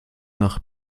nach